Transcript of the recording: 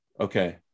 Okay